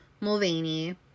mulvaney